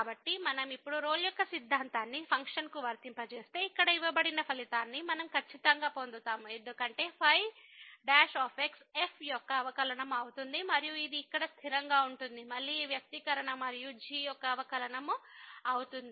కాబట్టి మనం ఇప్పుడు రోల్ యొక్క సిద్ధాంతాన్ని ఫంక్షన్కు వర్తింపజేస్తే ఇక్కడ ఇవ్వబడిన ఫలితాన్ని మనం ఖచ్చితంగా పొందుతాము ఎందుకంటే ϕ f యొక్క అవకలనము అవుతుంది మరియు ఇది ఇక్కడ స్థిరంగా ఉంటుంది మళ్ళీ ఈ వ్యక్తీకరణ మరియు g యొక్క అవకలనము అవుతుంది